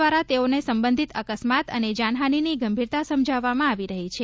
દ્વારા તેઓને સંભવિત અકસ્માત અને જાનહાનિની ગંભીરતા સમજાવવા માં આવી રહી છે